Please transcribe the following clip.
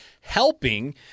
helping